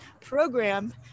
program